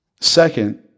Second